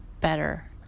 better